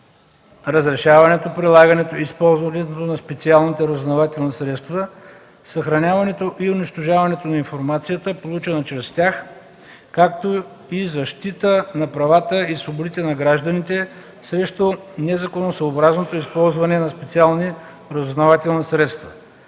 разрешаването, прилагането и използването на специалните разузнавателни средства, съхраняването и унищожаването на информацията, получена чрез тях, както и защита на правата и свободите на гражданите срещу незаконосъобразното използване на специалните разузнавателни средства;